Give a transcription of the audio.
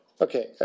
Okay